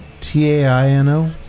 T-A-I-N-O